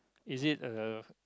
is it uh